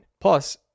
plus